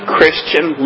Christian